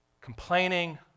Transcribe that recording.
complaining